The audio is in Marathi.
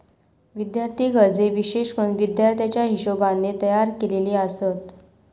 विद्यार्थी कर्जे विशेष करून विद्यार्थ्याच्या हिशोबाने तयार केलेली आसत